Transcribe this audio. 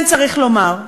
כן צריך לומר,